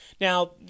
Now